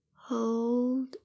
Hold